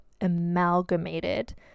amalgamated